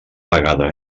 vegada